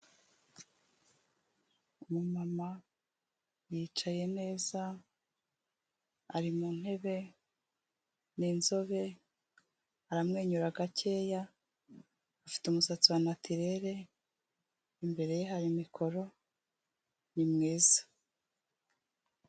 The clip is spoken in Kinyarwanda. Umumama yicaye neza, ari mu ntebe, ni inzobe, aramwenyura gakeya, afite umusatsi wa natirere, imbere ye hari mikoro, ni mwiza.